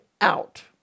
out